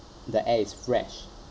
the air is fresh